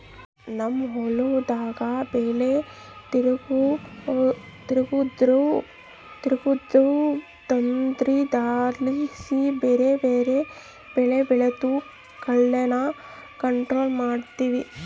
ನಮ್ ಹೊಲುದಾಗ ಬೆಲೆ ತಿರುಗ್ಸೋದ್ರುದು ತಂತ್ರುದ್ಲಾಸಿ ಬ್ಯಾರೆ ಬ್ಯಾರೆ ಬೆಳೆ ಬೆಳ್ದು ಕಳೇನ ಕಂಟ್ರೋಲ್ ಮಾಡ್ತಿವಿ